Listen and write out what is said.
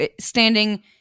standing